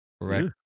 Correct